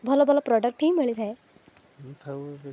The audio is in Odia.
ଭଲ ଭଲ ପ୍ରଡ଼କ୍ଟ ହିଁ ମିଳିଥାଏ